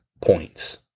points